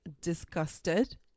disgusted